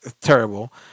terrible